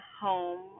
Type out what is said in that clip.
home